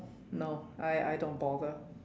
no I I don't bother